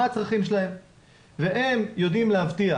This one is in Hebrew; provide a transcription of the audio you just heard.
מה הצרכים שלהם והם יודעים להבטיח,